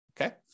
Okay